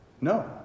No